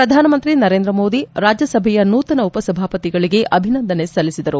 ಪ್ರಧಾನಮಂತ್ರಿ ನರೇಂದ್ರ ಮೋದಿ ರಾಜ್ಯಸಭೆಯ ನೂತನ ಉಪಸಭಾಪತಿಗಳಿಗೆ ಅಭಿನಂದನೆ ಸಲ್ಲಿಸಿದರು